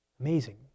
amazing